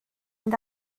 mynd